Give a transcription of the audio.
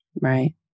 right